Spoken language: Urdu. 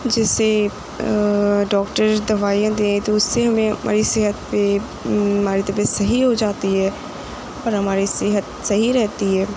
جس سے ڈاکٹرز دوائیاں دیں تو اس سے ہمیں ہماری صحت پہ ہماری طبیعت صحیح ہو جاتی ہے پر ہماری صحت صحیح رہتی ہے